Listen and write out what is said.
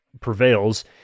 prevails